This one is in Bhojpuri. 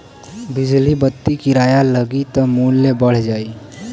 बिजली बत्ति किराया लगी त मुल्यो बढ़ जाई